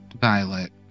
Violet